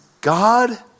God